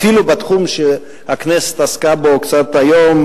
אפילו בתחום שהכנסת עסקה בו קצת היום,